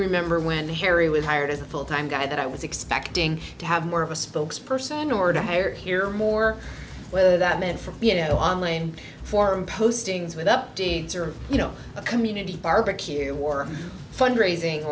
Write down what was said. remember when harry was hired as a full time guy that i was expecting to have more of a spokesperson or to hire here more whether that meant for you know online form postings with up deeds or you know a community barbecue or fundraising